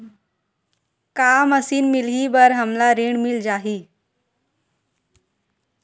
का मशीन मिलही बर हमला ऋण मिल जाही?